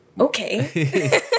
Okay